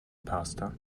pasta